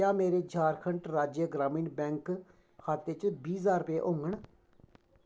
क्या मेरे झारखंड राज्य ग्रामीण बैंक खाते च बीह् ज्हार रपेऽ होङन